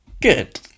good